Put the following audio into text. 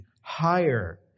higher